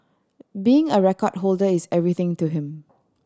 being a record holder is everything to him